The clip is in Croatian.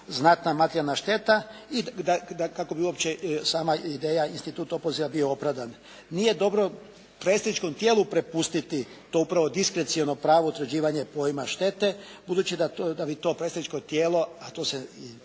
znatna materijalna šteta i kako bi uopće sama ideja instituta opoziva bio opravdan. Nije dobro predstavničkom tijelu prepustiti to upravo diskreciono pravo utvrđivanja pojma štete budući da bi to predstavničko tijelo a to se